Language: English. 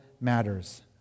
matters